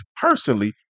personally